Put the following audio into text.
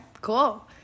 cool